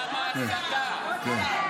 למה ההסתה הזאת?